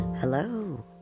Hello